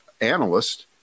analyst